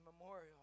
memorial